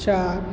चारि